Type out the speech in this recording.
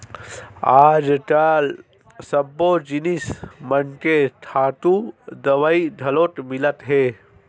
आजकाल सब्बो जिनिस मन के खातू दवई घलोक मिलत हे